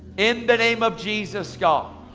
in the name of jesus, god,